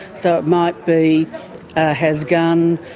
so it might be has gun,